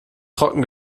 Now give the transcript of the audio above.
trocken